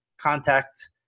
contact